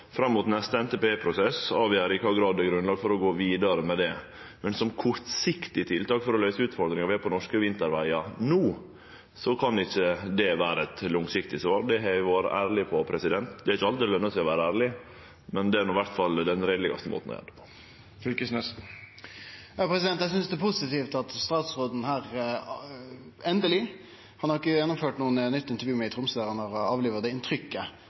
fram mot neste NTP-prosess avgjere i kva grad det er grunnlag for å gå vidare med det. Men som kortsiktig tiltak for å løyse utfordringane vi har på norske vintervegar no, kan ikkje det vere eit langsiktig svar. Det har eg vore ærleg om. Det er ikkje alltid det løner seg å vere ærleg, men det er no i alle fall den mest reielege måten å gjere det på. Eg synest det er positivt at statsråden her endeleg – han har ikkje gjennomført noko nytt intervju med iTromsø – har avliva det inntrykket